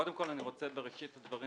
קודם כול אני רוצה בראשית הדברים